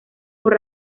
por